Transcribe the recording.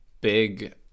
big